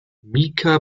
mika